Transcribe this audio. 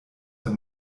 der